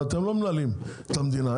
אבל אתם לא מנהלים את המדינה.